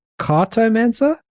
Cartomancer